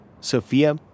Sophia